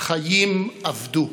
חיים אבדו.